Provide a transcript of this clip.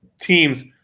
teams